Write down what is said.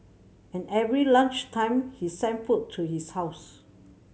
and every lunch time he sent food to his house